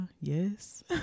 yes